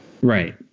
Right